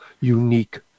unique